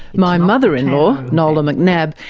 my mother-in-law, nola macnab,